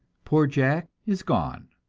poor jack is gone,